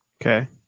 Okay